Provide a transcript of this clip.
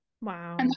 wow